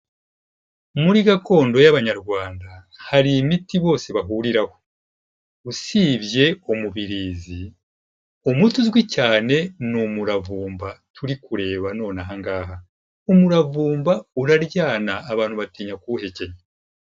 Muri gakondo y'Abanyarwanda hari imiti bose bahuriraho, usibye umubirizi, umuti uzwi cyane ni umuravumba turi kureba nonahangaha, umuravumba uraryana, abantu batinya kuwuhekenya.